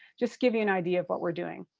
just give you an idea of what we're doing.